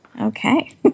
Okay